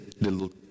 little